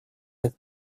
как